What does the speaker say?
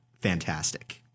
Fantastic